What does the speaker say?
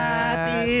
Happy